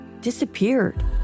disappeared